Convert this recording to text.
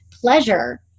pleasure